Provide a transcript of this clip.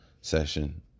Session